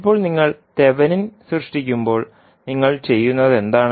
ഇപ്പോൾ നിങ്ങൾ തെവെനിൻ സൃഷ്ടിക്കുമ്പോൾ നിങ്ങൾ ചെയ്യുന്നതെന്താണ്